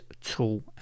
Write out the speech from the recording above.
tool